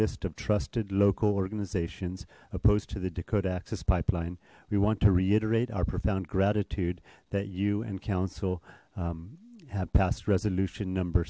list of trusted local organizations opposed to the dakota access pipeline we want to reiterate our profound gratitude that you and council have passed resolution number